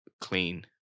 clean